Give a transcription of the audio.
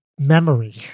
Memory